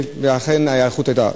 ואכן ההיערכות היתה,